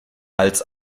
als